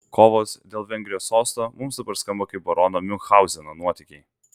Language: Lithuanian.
kovos dėl vengrijos sosto mums dabar skamba kaip barono miunchauzeno nuotykiai